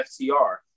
FTR